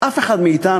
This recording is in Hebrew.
אף אחד מאתנו,